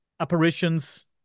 apparitions